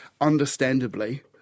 understandably